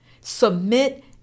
Submit